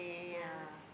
yea